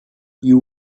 you